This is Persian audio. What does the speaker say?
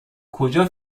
کجا